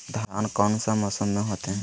धान कौन सा मौसम में होते है?